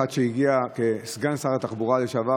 כאחד שהיה סגן שר התחבורה לשעבר,